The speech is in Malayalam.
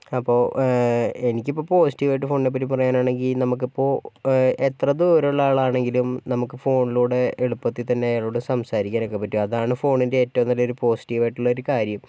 അപ്പോൾ എനിക്കിപ്പോൾ പോസിറ്റീവ് ആയിട്ട് ഫോണിനെ പറ്റി പറയാനാണെങ്കിൽ നമുക്കിപ്പോൾ എത്ര ദൂരം ഉള്ള ആളാണെങ്കിലും നമുക്ക് ഫോണിലൂടെ എളുപ്പത്തിൽ തന്നെ അയാളോട് സംസാരിക്കാൻ ഒക്കെ പറ്റും അതാണ് ഫോണിൻ്റെ ഏറ്റവും നല്ല ഒരു പോസിറ്റീവ് ആയിട്ടുള്ള ഒരു കാര്യം